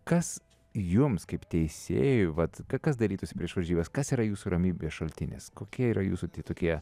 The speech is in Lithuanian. kas jums kaip teisėjui vat kas darytųsi prieš varžybas kas yra jūsų ramybės šaltinis kokie yra jūsų tokie